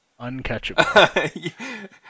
uncatchable